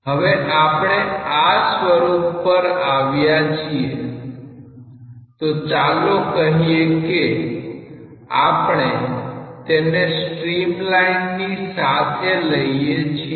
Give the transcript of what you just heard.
હવે આપણે આ સ્વરૂપ પર આવ્યા છીએ તો ચાલો કહીએ કે આપણે તેને સ્ટ્રીમ લાઇનની સાથે લઈએ છીએ